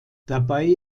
dabei